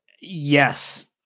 Yes